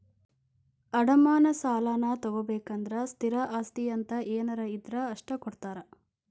ಅಡಮಾನ ಸಾಲಾನಾ ತೊಗೋಬೇಕಂದ್ರ ಸ್ಥಿರ ಆಸ್ತಿ ಅಂತ ಏನಾರ ಇದ್ರ ಅಷ್ಟ ಕೊಡ್ತಾರಾ